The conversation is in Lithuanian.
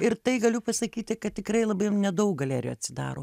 ir tai galiu pasakyti kad tikrai labai nedaug galerijų atsidaro